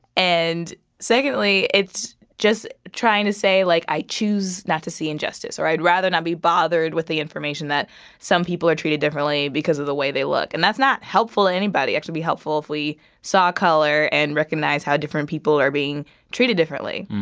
and secondly, it's just trying to say, like, i choose not to see injustice, or i'd rather not be bothered with the information that some people are treated differently because of the way they look. and that's not helpful to anybody actually, it'd be helpful if we saw color and recognized how different people are being treated differently.